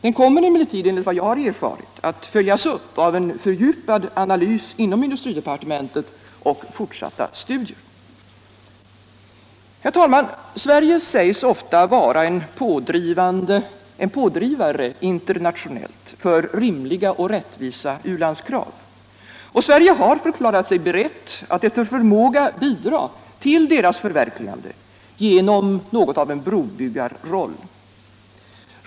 Den 'kommer emellertid enligt vad jag har erfarit att följas upp av en fördjupad analys inom industridepartementet och fort satta studier. Herr talman! Sverige sägs ofta vara en pådrivare internationellt för rimliga och rättvisa u-landskrav. Och Sverige har förklarat sig berett att efter förmåga bidra till deras förverkligande genom något av en brobyggarroll.